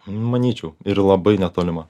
manyčiau ir labai netolima